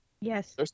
yes